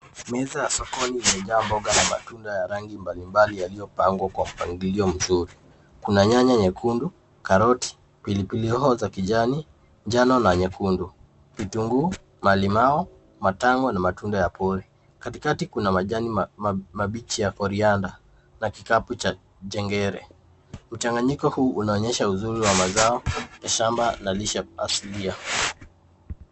Meza ya sokoni imejaa mboga na matunda ya rangi mbalimbali yaliyopangwa kwa mpangilio mzuri. Kuna nyanya nyekundu, karoti, pilipili hoho za kijani, njano na nyekundu, vitunguu, malimau , matango na matunda ya pori. Katikati kuna majani mabichi ya coriander na kikapu cha jengere. Mchanginyiko huu unaonyesha uzuri wa mazao ya shamba na lishe asilia.